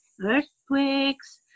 earthquakes